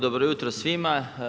Dobro jutro svima.